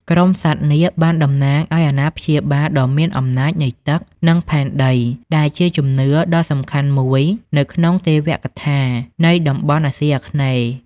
ក្រុមសត្វនាគបានតំណាងឲ្យអាណាព្យាបាលដ៏មានអំណាចនៃទឹក និងផែនដី ដែលជាជំនឿដ៏សំខាន់មួយនៅក្នុងទេវកថានៃតំបន់អាស៊ីអាគ្នេយ៍។